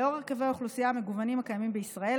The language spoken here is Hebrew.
לאור הרכבי האוכלוסייה המגוונים הקיימים בישראל,